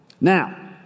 Now